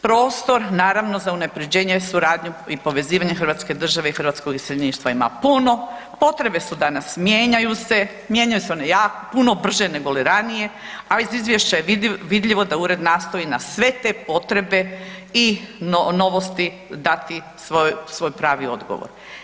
Prostor naravno za unapređenje, suradnju i povezivanje hrvatske države i hrvatskog iseljeništva ima puno, potrebe su danas, mijenjaju se, mijenjaju se one jako puno, brže nego li ranije, a iz izvješća je vidljivo da ured nastoji na sve te potrebe i novosti dati svoj pravi odgovor.